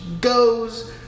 goes